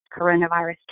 coronavirus